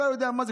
אתה יודע מה זה,